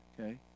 okay